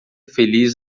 feliz